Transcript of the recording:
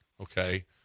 okay